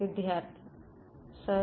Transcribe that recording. വിദ്യാർത്ഥി സാർ